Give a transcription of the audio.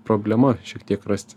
problema šiek tiek rasti